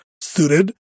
suited